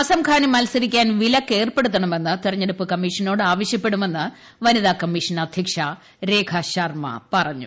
അസംഖാന് മത്സരിക്കാൻ വിലക്ക് ഏർപ്പെടുത്തണമെന്ന് തെരഞ്ഞെടുപ്പ് കമ്മീഷനോട് ആവശ്യപ്പെടുമെന്ന് വനിതാകമ്മീഷൻ അധ്യക്ഷ രേഖ ശർമ്മ പറഞ്ഞു